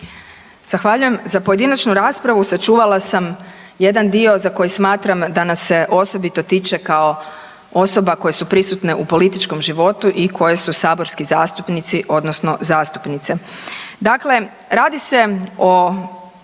Za pojedinačnu raspravu sačuvala sam jedan dio za koji smatram da nas se osobito tiče kao osobe koje su prisutne u političkom životu i koje su saborski zastupnici odnosno zastupnice. Dakle, radi se o